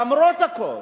למרות הכול,